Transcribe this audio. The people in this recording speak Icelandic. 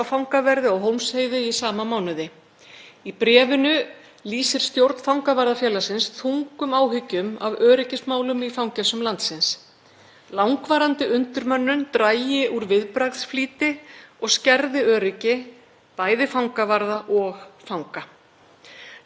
Langvarandi undirmönnun dragi úr viðbragðsflýti og skerði öryggi bæði fangavarða og fanga. Sérstaklega er bent á að fangar sem glími við alvarleg geðræn veikindi fái ekki þá þjónustu sem þeir þurfa vegna ónógrar mönnunar.